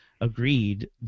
agreed